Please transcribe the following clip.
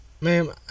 ma'am